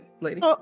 lady